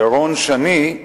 ירון שני,